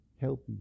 healthy